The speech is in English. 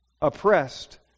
oppressed